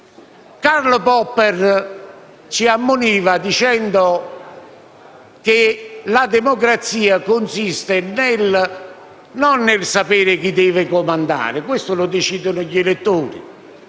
Karl Popper ci ammoniva dicendo che la democrazia non consiste nel sapere chi deve comandare (questo lo decidono gli elettori);